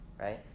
Right